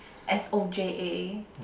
s_o_j_a